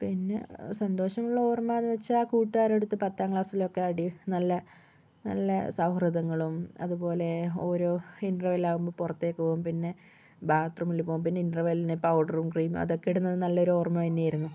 പിന്നെ സന്തോഷമുള്ള ഓർമ്മയെന്ന് വച്ചാൽ കൂട്ടുക്കാരെ അടുത്ത് പത്താം ക്ലാസ്സിലൊക്കെ അടി നല്ല നല്ല സൗഹൃദങ്ങളും അതുപോലെ ഓരോ ഇൻ്റർവെൽ ആകുമ്പോൾ പുറത്തേക്ക് പോകും പിന്നെ ബാത്ത് റൂമിൽ പോവും പിന്നെ ഇൻ്റർവെല്ലിന് പൗഡറും ക്രീമും അതൊക്കെ ഇടുന്നത് നല്ലൊരു ഓർമ്മ തന്നെയായിരുന്നു